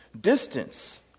distance